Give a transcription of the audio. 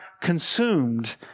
consumed